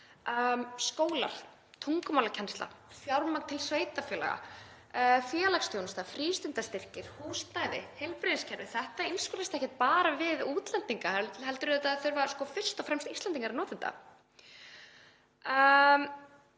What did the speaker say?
Skólar, tungumálakennsla, fjármagn til sveitarfélaga, félagsþjónusta, frístundastyrkir, húsnæði, heilbrigðiskerfið, þetta einskorðast ekki við útlendinga heldur þurfa fyrst og fremst Íslendingar að nota þetta.